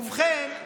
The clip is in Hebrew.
ובכן,